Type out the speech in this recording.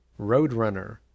roadrunner